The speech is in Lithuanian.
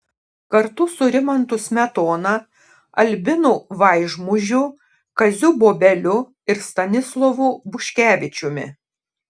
kartu su rimantu smetona albinu vaižmužiu kaziu bobeliu ir stanislovu buškevičiumi